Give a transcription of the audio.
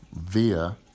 via